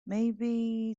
maybe